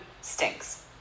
stinks